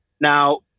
Now